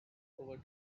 over